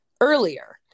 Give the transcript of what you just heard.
earlier